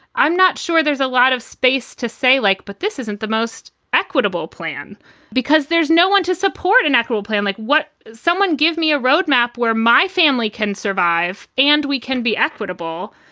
i'm not sure there's a lot of space to say like. but this isn't the most equitable plan because there's no one to support an actual plan. like what? someone give me a roadmap where my family can survive and we can be equitable.